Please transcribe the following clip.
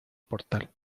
portal